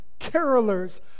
carolers